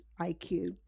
IQ